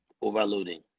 overloading